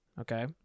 okay